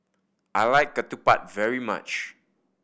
I like ketupat very much